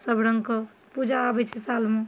सब रङ्ग कऽ पूजा आबैत छै सालमे